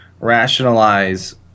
rationalize